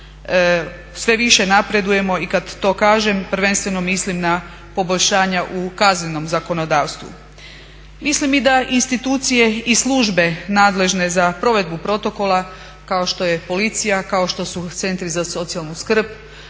sve više napredujemo i kad to kažem prvenstveno mislim na poboljšanja u kaznenom zakonodavstvu. Mislim i da institucije i službe nadležne za provedbu protokola kao što je policija, kao što su centri za socijalnu skrb,